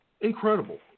incredible